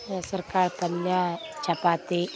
ಹೆಸ್ರು ಕಾಳು ಪಲ್ಯ ಚಪಾತಿ